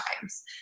times